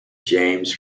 james